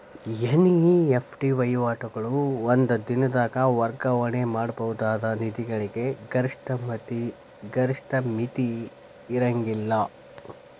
NEFT ವಹಿವಾಟುಗಳು ಒಂದ ದಿನದಾಗ್ ವರ್ಗಾವಣೆ ಮಾಡಬಹುದಾದ ನಿಧಿಗಳಿಗೆ ಗರಿಷ್ಠ ಮಿತಿ ಇರ್ಂಗಿಲ್ಲಾ